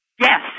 Yes